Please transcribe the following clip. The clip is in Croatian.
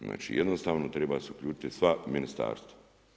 Znači jednostavno trebaju se uključiti sva ministarstva.